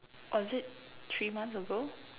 or is it three months ago